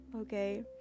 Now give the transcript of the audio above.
okay